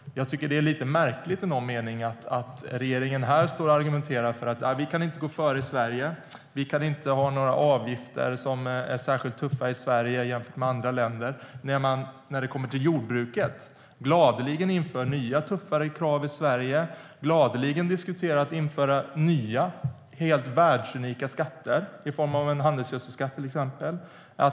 Det är lite märkligt att regeringen står här och argumenterar att vi inte kan gå före i Sverige och att vi inte kan ha några avgifter som är särskilt tuffa jämfört med andra länder när man gladeligen inför nya tuffare krav för jordbruket i Sverige och diskuterar att införa nya och helt världsunika skatter, till exempel en handelsgödselskatt.